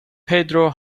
pedro